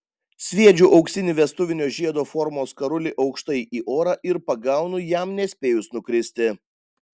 sviedžiu auksinį vestuvinio žiedo formos karulį aukštai į orą ir pagaunu jam nespėjus nukristi